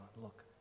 Look